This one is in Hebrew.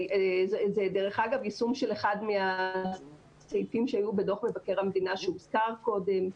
זה דרך אגב יישום של אחד --- שהיו בדוח מבקר המדינה שהוזכר קודם.